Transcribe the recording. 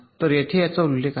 तर येथे याचा उल्लेख आहे